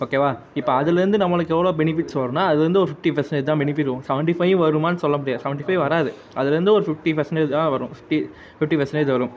ஓகேவா இப்போ அதுலேருந்து நம்மளுக்கு எவ்வளோ பெனிஃபிட்ஸ் வரும்னா அது வந்து ஒரு ஃபிஃப்ட்டி பர்சென்டேஜ் தான் பெனிஃபிட்ஸ் வரும் சவன்ட்டி ஃபையும் வருமான்னு சொல்ல முடியாது சவன்ட்டி ஃபை வராது அதுலேருந்து ஒரு ஃபிஃப்ட்டி பர்சென்டேஜ் தான் வரும் ஃபிஃப்ட்டி ஃபிஃப்ட்டி பர்சென்டேஜ் வரும்